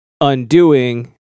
undoing